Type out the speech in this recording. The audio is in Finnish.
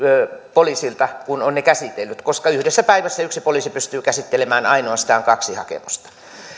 poliisilta kun on ne käsitellyt koska yhdessä päivässä yksi poliisi pystyy käsittelemään ainoastaan kaksi hakemusta